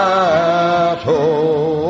Battle